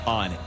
on